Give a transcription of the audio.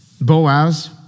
Boaz